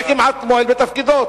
זה כמעט מועל בתפקידו.